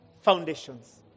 Foundations